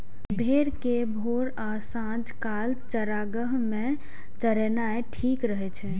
भेड़ कें भोर आ सांझ काल चारागाह मे चरेनाय ठीक रहै छै